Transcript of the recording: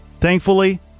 Thankfully